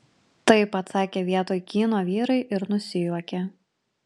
taip atsakė vietoj kyno vyrai ir nusijuokė